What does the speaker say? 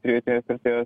pridėtinės vertės